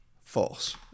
false